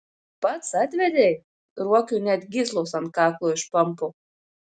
pats atvedei ruokiui net gyslos ant kaklo išpampo